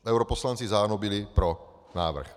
Europoslanci za ANO byli pro návrh.